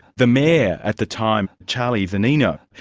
the mayor at the time, charlie zannino,